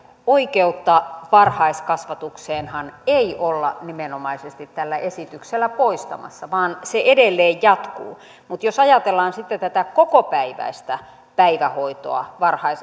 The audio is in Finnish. oikeutta varhaiskasvatukseenhan ei olla nimenomaisesti tällä esityksellä poistamassa vaan se edelleen jatkuu mutta jos ajatellaan sitten tätä kokopäiväistä päivähoitoa